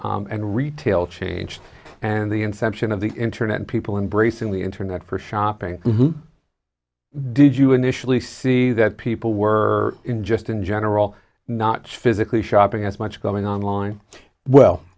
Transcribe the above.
and retail changed and the inception of the internet and people embracing the internet for shopping did you initially see that people were just in general not physically shopping as much going online well